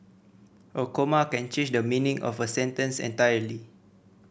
a comma can change the meaning of a sentence entirely